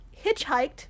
hitchhiked